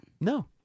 No